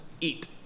eat